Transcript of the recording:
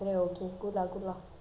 then after that he said uh